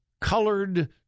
colored